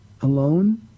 alone